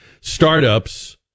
startups